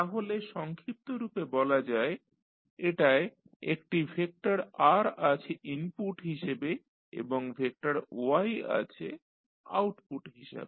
তাহলে সংক্ষিপ্তরূপে বলা যায় এটায় একটি ভেক্টর R আছে ইনপুট হিসাবে এবং ভেক্টর Y আছে আউটপুট হিসাবে